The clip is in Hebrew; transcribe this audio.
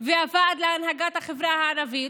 והוועד להנהגת החברה הערבית.